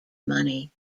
money